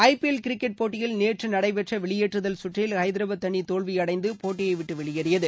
IPL cricket போட்டியில் நேற்று நடைபெற்ற வெளியேற்றுதல் கற்றில் ஐதராபாத் அணி தோல்வியடைந்து போட்டியைவிட்டு வெளியேறியது